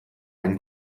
einen